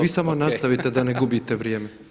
Vi samo nastavite da ne gubite vrijeme.